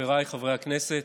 חבריי חברי הכנסת,